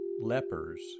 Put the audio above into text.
lepers